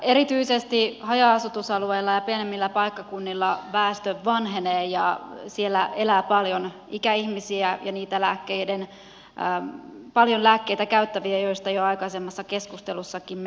erityisesti haja asutusalueilla ja pienemmillä paikkakunnilla väestö vanhenee ja siellä elää paljon ikäihmisiä ja niitä paljon lääkkeitä käyttäviä joista aikaisemmassa keskustelussakin me jo puhuimme